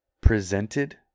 presented